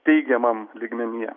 teigiamam lygmenyje